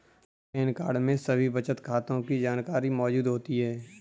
pan card में सभी बचत खातों की जानकारी मौजूद होती है